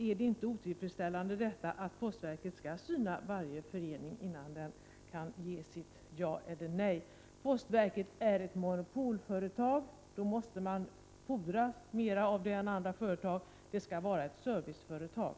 Är det inte otillfredsställande att postverket skall syna varje förening innan verket ger sitt ja eller nej? Postverket är ett monopolföretag. Av ett sådant måste man fordra mera än av andra företag. Postverket skall vara ett serviceföretag.